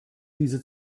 diese